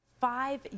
five